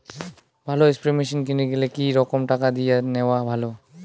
ভালো spray machine কিনির গেলে কি রকম টাকা দিয়া নেওয়া ভালো?